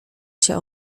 się